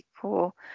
cool